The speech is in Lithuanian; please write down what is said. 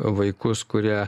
vaikus kurie